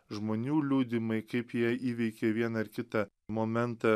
žmonių liudijimai kaip jie įveikė vieną ar kitą momentą